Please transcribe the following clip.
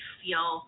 feel